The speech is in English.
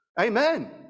Amen